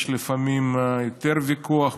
יש לפעמים יותר ויכוח,